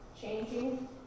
changing